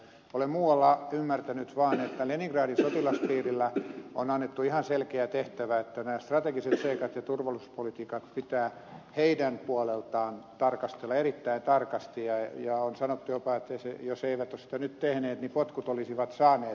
olen muualla ymmärtänyt vaan että leningradin sotilaspiirille on annettu ihan selkeä tehtävä että nämä strategiset seikat ja turvallisuuspolitiikat pitää heidän puoleltaan tarkastella erittäin tarkasti ja on sanottu jopa että jos he eivät olisi sitä nyt tehneet niin potkut olisivat saaneet